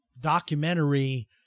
documentary